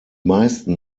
meisten